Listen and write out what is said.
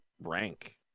rank